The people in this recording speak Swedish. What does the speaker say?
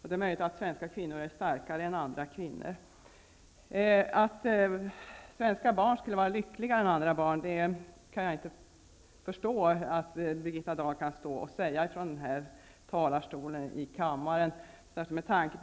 Det är möjligt att svenska kvinnor är starkare än andra kvinnor. Jag kan inte förstå hur Birgitta Dahl kan påstå att svenska barn är lyckligare än andra barn.